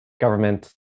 government